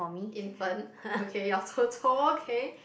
infant okay you're chou-chou okay